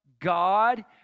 God